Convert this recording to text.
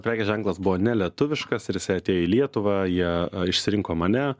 prekės ženklas buvo nelietuviškas ir jisai atėjo į lietuvą jie išsirinko mane